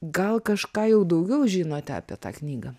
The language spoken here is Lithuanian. gal kažką jau daugiau žinote apie tą knygą